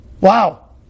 Wow